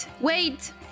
wait